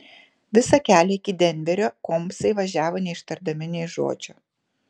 visą kelią iki denverio kumbsai važiavo neištardami nė žodžio